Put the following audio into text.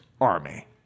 army